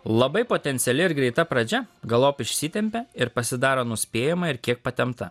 labai potenciali ir greita pradžia galop išsitempia ir pasidaro nuspėjama ir kiek patempta